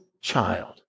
child